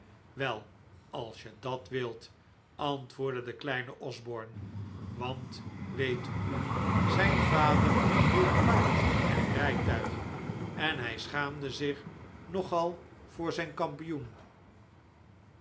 wel als je dat wilt antwoordde de kleine osborne want weet u zijn vader hield paard en rijtuig en hij schaamde zich nogal voor zijn kampioen